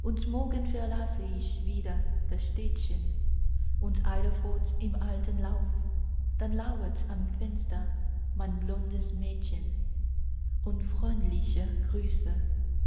und morgen verlasse ich wieder das städtchen und eile fort im alten lauf dann lauert am fenster mein blondes mädchen und freundliche grüße